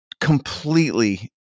completely